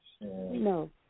No